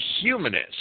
humanist